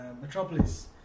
Metropolis